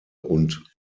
und